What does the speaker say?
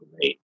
great